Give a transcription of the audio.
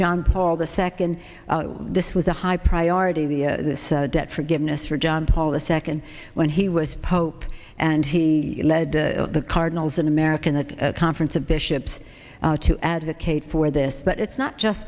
john paul the second this was a high priority the debt forgiveness for john paul a second when he was pope and he led the cardinals in american a conference of bishops to advocate for this but it's not just